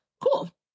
cool